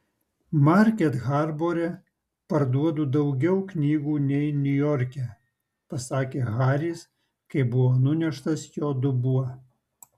market harbore parduodu daugiau knygų nei niujorke pasakė haris kai buvo nuneštas jo dubuo